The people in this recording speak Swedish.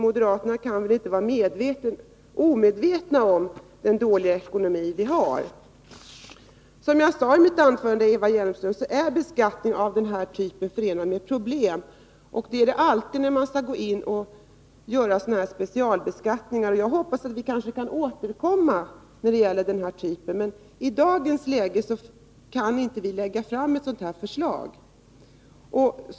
Moderaterna kan väl inte vara omedvetna om den dåliga ekonomi vi har. Som jag sade i mitt anförande, Eva Hjelmström, är beskattning av den här typen förenad med problem. Så är det alltid när det handlar om sådana här specialbeskattningar. Jag hoppas att vi skall kunna återkomma när det gäller denna skatt, men i dagens läge kan vi inte lägga fram ett sådant här förslag.